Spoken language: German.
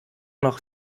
noch